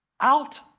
out